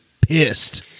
pissed